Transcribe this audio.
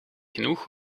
genoeg